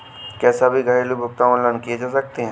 क्या सभी घरेलू भुगतान ऑनलाइन किए जा सकते हैं?